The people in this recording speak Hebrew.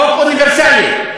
חוק אוניברסלי.